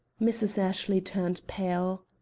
mrs. ashley turned pale.